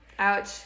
Ouch